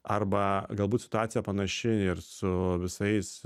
arba galbūt situacija panaši ir su visais